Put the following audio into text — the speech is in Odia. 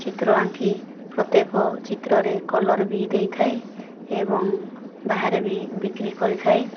ଚିତ୍ର ଆଙ୍କି ପ୍ରତ୍ୟେକ ଚିତ୍ରରେ କଲର୍ ବି ଦେଇଥାଏ ଏବଂ ବାହାରେ ବି ବିକ୍ରି କରିଥାଏ